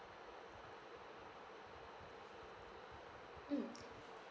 mm